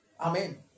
Amen